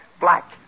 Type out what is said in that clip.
Black